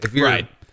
Right